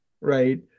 right